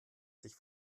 sich